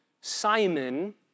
Simon